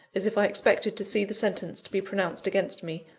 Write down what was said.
as if i expected to see the sentence to be pronounced against me,